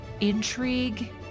intrigue